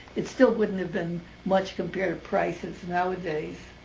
it still wouldn't have been much compared to prices nowadays.